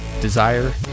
Desire